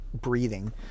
breathing